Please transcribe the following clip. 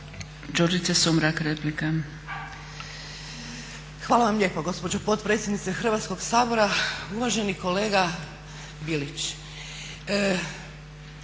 Đurđica (HDZ)** Hvala vam lijepo gospođo potpredsjednice Hrvatskog sabora. Uvaženi kolega Bilić,